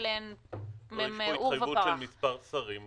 אלה שתי הנקודות שרציתי להגיד.